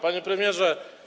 Panie Premierze!